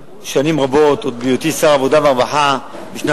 שר הפנים אליהו ישי: היו"ר יצחק וקנין: ישיב על